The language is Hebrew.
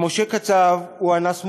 משה קצב הוא אנס מורשע,